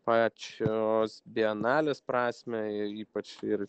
pačios bienalės prasmę ypač ir